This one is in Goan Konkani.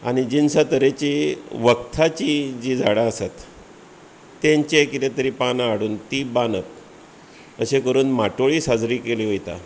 आनी जिनसां तरेची वखदाचीं जी झाडां आसात तेंचें कितें तरी पानां हाडुन ती बांदप अशें करून माटोळी साजरी केली वयता